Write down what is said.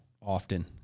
often